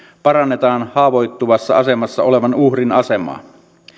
parannetaan haavoittuvassa asemassa olevan uhrin asemaa